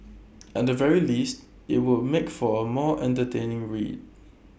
at the very least IT would make for A more entertaining read